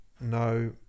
no